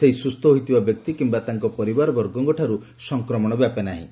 ସେହି ସୁସ୍ଥ ହୋଇଥିବା ବ୍ୟକ୍ତି କିମ୍ବା ତାଙ୍କ ପରିବାରବର୍ଗଙ୍କଠାରୁ ସଂକ୍ରମଣ ବ୍ୟାପେ ନାହିଁ